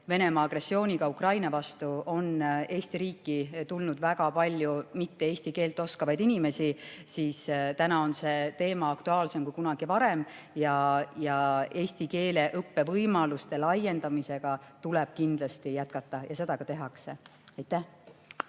Venemaa agressiooniga Ukraina vastu on Eesti riiki tulnud väga palju eesti keelt mitteoskavaid inimesi, siis on see teema aktuaalsem kui kunagi varem. Eesti keele õppe võimaluste laiendamisega tuleb kindlasti jätkata ja seda ka tehakse. Aitäh!